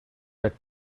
that